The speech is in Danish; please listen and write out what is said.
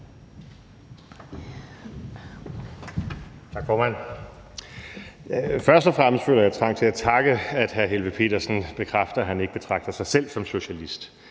Først og fremmest føler jeg trang til at takke hr. Rasmus Helveg Petersen for at bekræfte, at han ikke betragter sig selv som socialist.